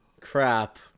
Crap